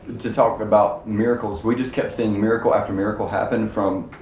to talk about miracles, we just kept seeing miracle after miracle happen from